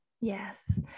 yes